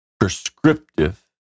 prescriptive